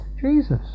Jesus